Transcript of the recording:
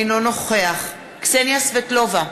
אינו נוכח קסניה סבטלובה,